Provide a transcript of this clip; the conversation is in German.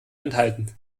enthalten